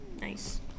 Nice